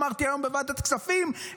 אמרתי היום בוועדת הכספים,